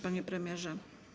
panie premierze.